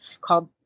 called